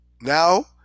Now